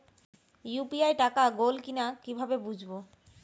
UPI টাকা গোল কিনা কিভাবে বুঝব?